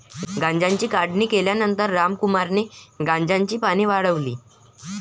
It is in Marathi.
गांजाची काढणी केल्यानंतर रामकुमारने गांजाची पाने वाळवली